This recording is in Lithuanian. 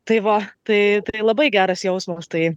tai va tai labai geras jausmas tai